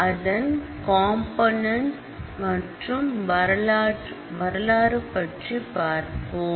அதன் கம்பன்ன்ஸ் மற்றும் வரலாறு பற்றி பார்ப்போம்